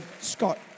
Scott